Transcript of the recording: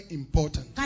important